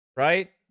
Right